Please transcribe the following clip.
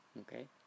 Okay